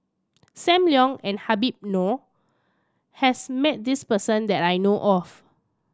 Sam Leong and Habib Noh has met this person that I know of